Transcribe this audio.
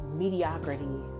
mediocrity